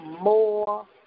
more